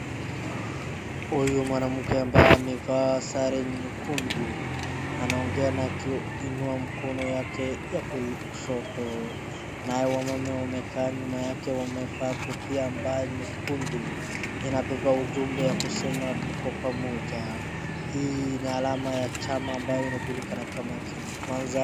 Huyu mwanamke ambaye amevaa sare nyekundu anaongea na akiinua mkono wake wa kushoto naye wamama wamekaa nyuma yake wamevaa kofia ambayo ni nyekundu, inabeba ujumbe ya kusema tuko pamoja. Hii ni alama ya chama ambayo inajulikana kama kenya kwanza.